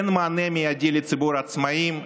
כי למדינה אין מענה מיידי לציבור העצמאים,